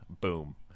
Boom